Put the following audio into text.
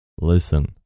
listen